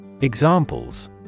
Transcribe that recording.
Examples